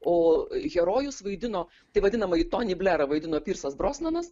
o herojus vaidino tai vadinamąjį tonį blerą vaidino pyrsas brosnanas